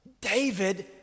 David